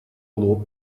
лоб